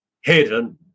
hidden